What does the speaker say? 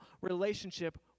relationship